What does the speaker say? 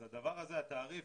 התעריף,